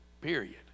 Period